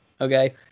okay